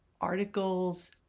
articles